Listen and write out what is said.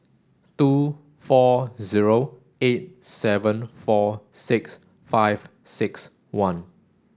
two four zero eight seven four six five six one